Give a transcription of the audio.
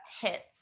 hits